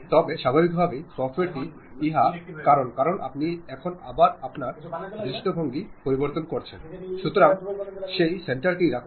ഒരു ആന്തരിക ആശയവിനിമയമാകുമ്പോൾ അത് ഓർഗനൈസേഷനിലും ജീവനക്കാരുമായും ആയിരിക്കും